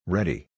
Ready